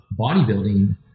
bodybuilding